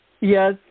Yes